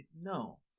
no